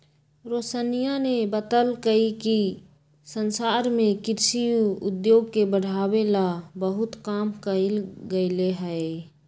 रोशनीया ने बतल कई कि संसार में कृषि उद्योग के बढ़ावे ला बहुत काम कइल गयले है